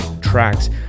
tracks